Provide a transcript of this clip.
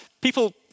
People